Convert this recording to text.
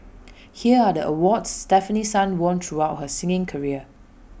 here are the awards Stefanie sun won throughout her singing career